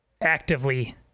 actively